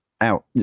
out